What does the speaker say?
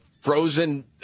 frozen